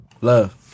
Love